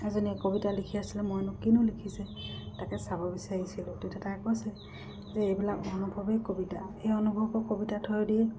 এজনীয়ে কবিতা লিখি আছিলে মই এনো কিনো লিখিছে তাকে চাব বিচাৰিছিলোঁ তেতিয়া তাই কৈছে যে এইবিলাক অনুভৱেই কবিতা এই অনুভৱবোৰ কবিতা থৈৰেদি